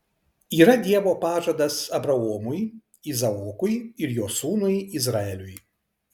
yra dievo pažadas abraomui izaokui ir jo sūnui izraeliui